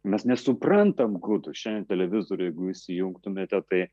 mes nesuprantam gudų šiandien televizorių jeigu įsijungtumėte tai